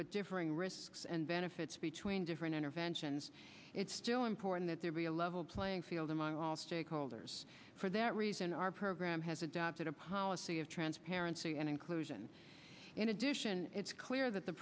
but differing risks and benefits between different interventions it's still important that there be a level playing field among all stakeholders for that reason our program has adopted a policy of transparency and inclusion in addition it's clear that the